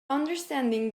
understanding